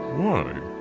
wanted